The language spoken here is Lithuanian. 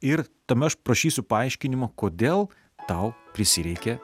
ir tame aš prašysiu paaiškinimo kodėl tau prisireikė